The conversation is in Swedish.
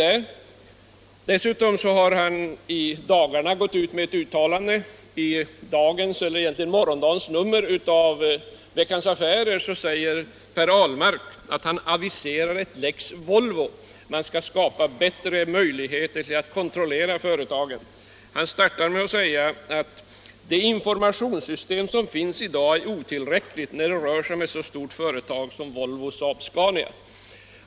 Näringspolitiken Näringspolitiken Dessutom har herr Ahlmark gått ut med ett uttalande i dagens — egentligen morgondagens - nummer av Veckans Affärer och aviserar där att man genom en lex Volvo skall skapa bättre möjligheter att kontrollera företagen. Han säger först: ”De informationssystem som finns i dag är otillräckliga när det rör sig om ett så stort företag som Volvo-Saab-Scania”.